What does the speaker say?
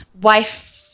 wife